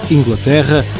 Inglaterra